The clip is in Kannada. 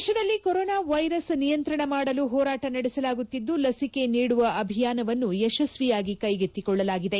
ದೇಶದಲ್ಲಿ ಕೊರೊನಾ ವೈರಸ್ ನಿಯಂತ್ರಣ ಮಾಡಲು ಹೋರಾಟ ನಡೆಸಲಾಗುತ್ತಿದ್ದು ಲಸಿಕೆ ನೀಡುವ ಅಭಿಯಾನವನ್ನು ಯಶಸ್ವಿಯಾಗಿ ಕೈಗೊಳ್ಟಲಾಗುತ್ತಿದೆ